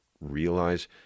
realize